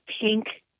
pink